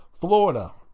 Florida